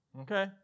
Okay